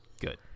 Good